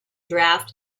draft